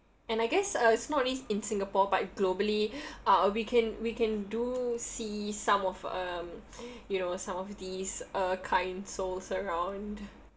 and I guess uh it's not only in singapore but globally uh we can we can do see some of um you know some of these uh kind souls around